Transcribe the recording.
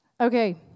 Okay